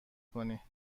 کنی